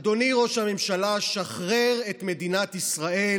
אדוני ראש הממשלה, שחרר את מדינת ישראל